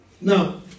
Now